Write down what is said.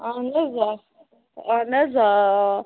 اَہَن حظ آ اَہن حظ آ آ